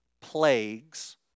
plagues